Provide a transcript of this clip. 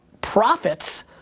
profits